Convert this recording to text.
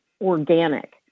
organic